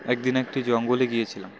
একদিন একটি জঙ্গলে গিয়েছিলাম